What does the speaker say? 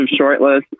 shortlist